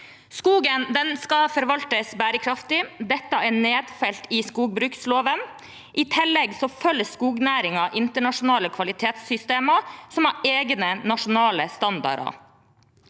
Skogen skal forvaltes bærekraftig. Dette er nedfelt i skogbruksloven. I tillegg følger skognæringen internasjonale kvalitetssystemer som har egne nasjonale standarder.